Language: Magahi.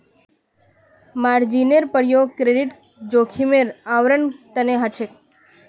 मार्जिनेर प्रयोग क्रेडिट जोखिमेर आवरण तने ह छे